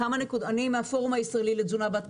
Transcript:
אני מהפורום הישראלי לתזונה בת קיימא.